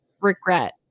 regret